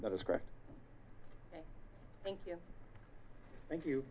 that is correct thank you thank you